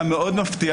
לא נכונה ולא מדויקת.